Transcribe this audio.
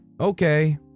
okay